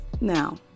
Now